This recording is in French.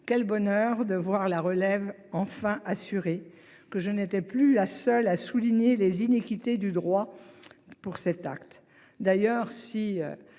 quel bonheur de voir la relève enfin assuré que je n'étais plus là seule a souligné les inéquités du droit pour cet acte d'ailleurs si